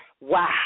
Wow